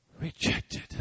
rejected